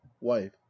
wife